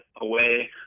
away